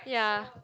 ya